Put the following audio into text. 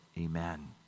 amen